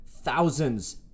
thousands